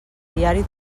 diari